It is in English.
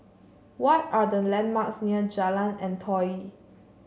what are the landmarks near Jalan Antoi